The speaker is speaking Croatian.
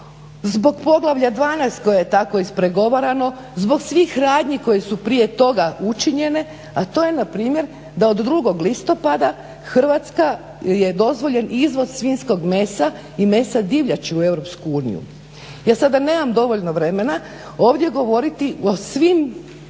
zbog Poglavlja 12 koje. je tako ispregovarano, zbog svih radnji koje su prije toga učinjene, a to je npr. da od 2. listopada Hrvatskoj je dozvoljen izvoz svinjskog mesa i mesa divljači u EU. Ja sada nemam dovoljno vremena ovdje govoriti o svim,